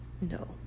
no